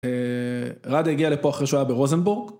ראדה הגיע לפה אחרי שהוא היה ברוזנבורג.